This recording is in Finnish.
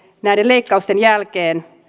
näiden kehitysyhteistyömäärärahojen leikkausten jälkeen